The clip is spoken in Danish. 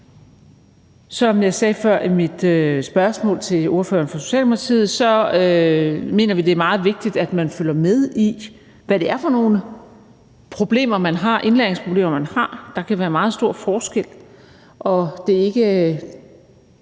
Som jeg sagde før i mit spørgsmål til ordføreren for Socialdemokratiet, mener vi, det er meget vigtigt, at man følger med i, hvad det er for nogle indlæringsproblemer, de har. Der kan være meget stor forskel, og det er ikke